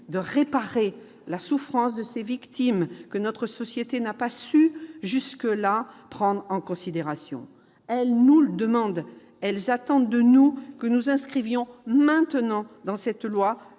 de réparer la souffrance de ces victimes que notre société n'a pas su, à ce jour, prendre en considération. Les victimes nous le demandent, elles attendent de nous que nous inscrivions maintenant, dans le